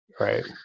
Right